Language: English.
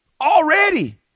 Already